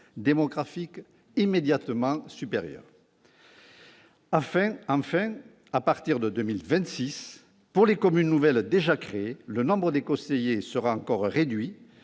démographique immédiatement supérieure. » Enfin, à partir de 2026, pour les communes nouvelles déjà créées, le nombre de conseillers sera encore réduit